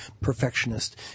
perfectionist